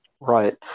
Right